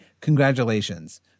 congratulations